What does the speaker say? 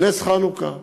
נס חנוכה,